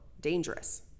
dangerous